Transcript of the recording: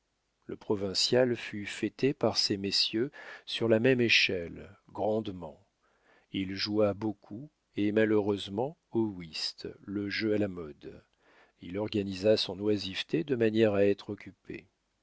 le provincial fut fêté par ces messieurs sur la même échelle grandement il joua beaucoup et malheureusement au whist le jeu à la mode il organisa son oisiveté de manière à être occupé